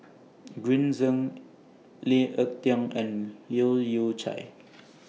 Green Zeng Lee Ek Tieng and Leu Yew Chye